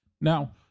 Now